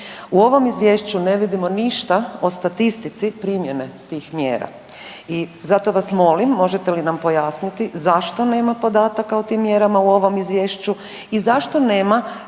U ovom izvješću ne vidimo ništa o statistici primjene tih mjera i zato vas molim, možete li nam pojasniti zašto nema podataka u tim mjerama u ovom izvješću i zašto nema detaljnog